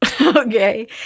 okay